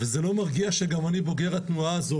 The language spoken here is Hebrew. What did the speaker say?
וזה לא מרגיע שגם אני בוגר התנועה הזאת